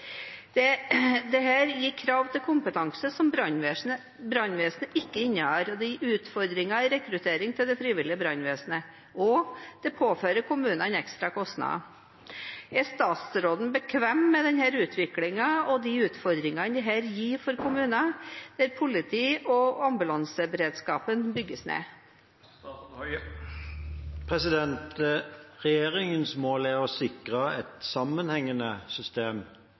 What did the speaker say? gir krav til kompetanse som brannvesenet ikke har, det gir utfordringer i rekrutteringen til det frivillige brannvesenet, og det påfører kommunene ekstra kostnader. Er statsråden bekvem med denne utviklingen og de utfordringene dette gir for kommuner hvor politi- og ambulanseberedskapen bygges ned?» Regjeringens mål er å sikre et sammenhengende system